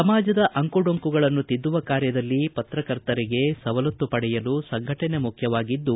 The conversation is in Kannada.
ಸಮಾಜದ ಅಂಕುಡೊಂಕುಗಳನ್ನು ತಿದ್ದುವ ಕಾರ್ಯದಲ್ಲಿರುವ ಪ್ರತಕರ್ತರಿಗೆ ಸವಲತ್ತು ಪಡೆಯಲು ಸಂಘಟನೆ ಮುಖ್ಯವಾಗಿದ್ದು